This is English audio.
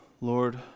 Lord